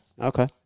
Okay